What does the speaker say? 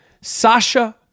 Sasha